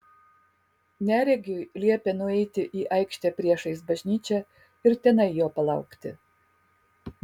neregiui liepė nueiti į aikštę priešais bažnyčią ir tenai jo palaukti